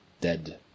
dead